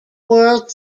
world